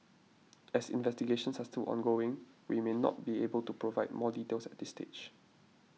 as investigations are still ongoing we may not able to provide more details at this stage